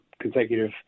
consecutive